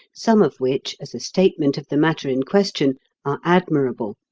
some of which, as a statement of the matter in question, are admirable.